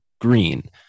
green